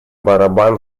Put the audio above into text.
барабан